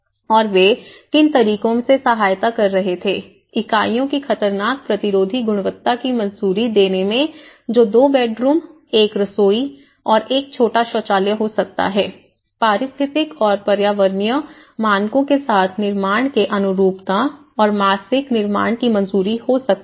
और वे किन तरीकों से सहायता कर रहे थे इकाइयों की खतरनाक प्रतिरोधी गुणवत्ता की मंजूरी देने में जो 2 बेडरूम एक रसोई और 1 छोटा शौचालय हो सकता है पारिस्थितिक और पर्यावरणीय मानकों के साथ निर्माण के अनुरूपता और मासिक निर्माण की मंजूरी हो सकता है